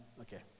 Okay